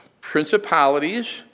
principalities